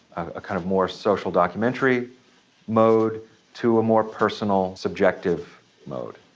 a kind of more social documentary mode to a more personal subjective mode.